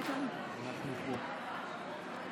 כנסת נכבדה, מכובדיי